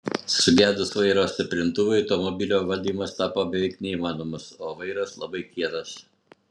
sugedus vairo stiprintuvui automobilio valdymas tapo beveik neįmanomas o vairas labai kietas